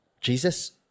jesus